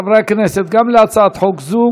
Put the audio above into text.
חברי הכנסת, גם להצעת חוק זו